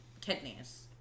kidneys